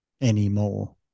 anymore